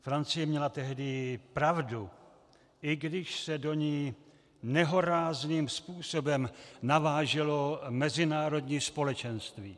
Francie měla tehdy pravdu, i když se do ní nehorázným způsobem naváželo mezinárodní společenství.